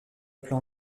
plan